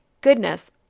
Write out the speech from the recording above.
goodness